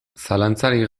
zalantzarik